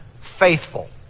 faithful